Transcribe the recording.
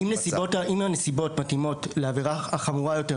אם הנסיבות מתאימות לעבירה החמורה יותר,